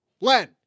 len